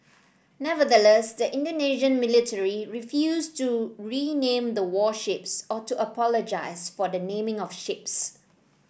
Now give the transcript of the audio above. nevertheless the Indonesian military refused to rename the warships or to apologise for the naming of ships